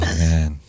man